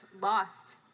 lost